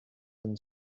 than